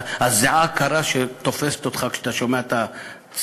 הזיעה הקרה שתופסת אותך כשאתה שומע את האזעקה,